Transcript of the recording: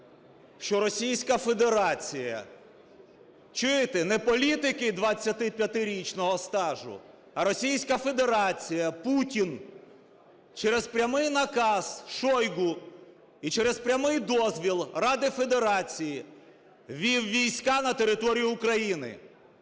що Російська Федерація, чуєте, не політики двадцятип'ятирічного стажу, а Російська Федерація, Путін через прямий наказ Шойгу і через прямий дозвіл Ради Федерації ввів війська на територію України